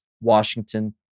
Washington